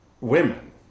women